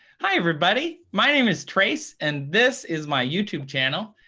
hi, everybody. my name is trace. and this is my youtube channel.